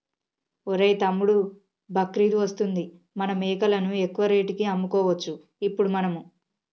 ఒరేయ్ తమ్ముడు బక్రీద్ వస్తుంది మన మేకలను ఎక్కువ రేటుకి అమ్ముకోవచ్చు ఇప్పుడు మనము